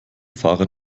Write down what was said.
fahrer